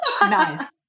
Nice